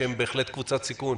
שהם בהחלט קבוצת סיכון,